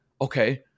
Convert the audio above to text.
okay